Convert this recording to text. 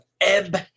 ebb